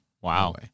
Wow